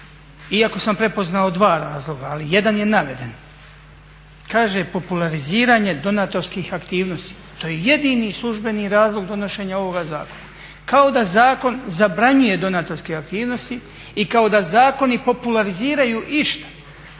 iako sam prepoznao dva razloga, ali jedan je naveden. Kaže populariziranje donatorskih aktivnosti. To je jedini službeni razlog donošenja ovoga zakona. Kao da zakon zabranjuje donatorske aktivnosti i kao da zakoni populariziraju išta.